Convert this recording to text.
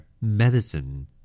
Medicine